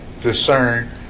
discern